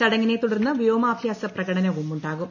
ചടങ്ങിനെ തുടർന്ന് വ്യോമാഭ്യാസ പ്രകടനമുണ്ടാവും